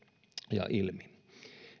ja ilmi